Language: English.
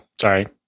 sorry